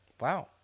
Wow